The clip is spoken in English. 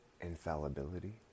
infallibility